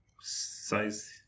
size